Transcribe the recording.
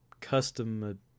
custom